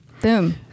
Boom